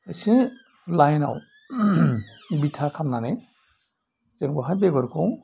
एसे लाइनाव बिथा खामनानै जों बावहाय बेगरखौ